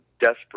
desperate